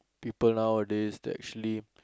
people nowadays they actually